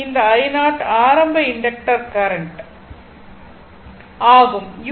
இந்த i0 ஆரம்ப inductor current ஆகும்